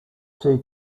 two